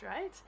right